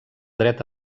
dret